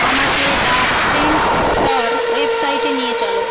আমাকে দ্য প্রিন্টসর ওয়েবসাইটে নিয়ে চলো